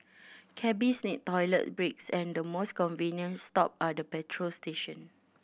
cabbies need toilet breaks and the most convenient stop are the petrol station